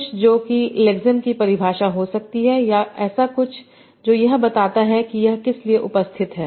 कुछ जो कि लेक्सेम की परिभाषा हो सकती है या ऐसा कुछ जो यह बताता है कि यह किस लिए उपस्थित है